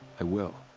i will.